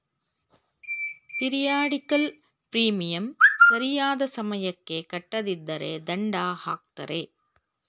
periodical premium ಸರಿಯಾದ ಸಮಯಕ್ಕೆ ಕಟ್ಟದಿದ್ದರೆ ದಂಡ ಹಾಕ್ತರೆ